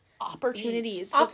opportunities